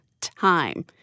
time